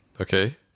Okay